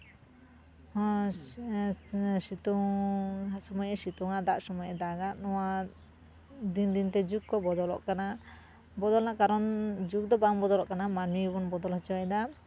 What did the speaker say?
ᱥᱤᱛᱩᱝ ᱥᱚᱢᱚᱭᱮ ᱥᱤᱛᱩᱝᱟ ᱫᱟᱜ ᱥᱚᱢᱚᱭᱮ ᱫᱟᱜᱟ ᱱᱚᱣᱟ ᱫᱤᱱ ᱫᱤᱱᱛᱮ ᱡᱩᱜᱽ ᱠᱚ ᱵᱚᱫᱚᱞᱚᱜ ᱠᱟᱱᱟ ᱵᱚᱫᱚᱞ ᱨᱮᱱᱟᱜ ᱠᱟᱨᱚᱱ ᱡᱩᱜᱽ ᱫᱚ ᱵᱟᱝ ᱵᱚᱫᱚᱞᱚᱜ ᱠᱟᱱᱟ ᱢᱟᱹᱱᱢᱤ ᱜᱮᱵᱚᱱ ᱵᱚᱫᱚᱞ ᱦᱚᱪᱚᱭᱫᱟ